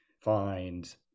find